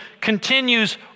continues